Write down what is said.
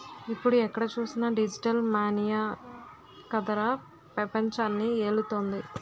ఇప్పుడు ఎక్కడ చూసినా డిజిటల్ మనీయే కదరా పెపంచాన్ని ఏలుతోంది